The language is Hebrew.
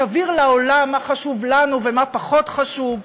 תבהיר לעולם מה חשוב לנו ומה פחות חשוב,